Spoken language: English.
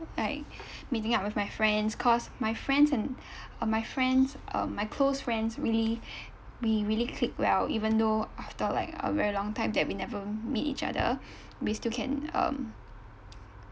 like meeting up with my friends cause my friends and uh my friends uh my close friends really we really click well even though after like a very long time that we never meet each other we still can um